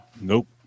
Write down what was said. nope